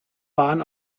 waren